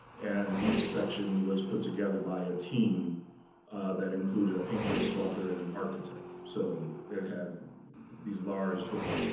and each section was put together by a team that included a painter, a sculptor, and an architect. so it had these large sort of